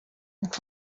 and